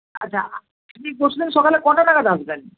আচ্ছা আপনি পরশু দিন সকালে কটা নাগাদ আসবেন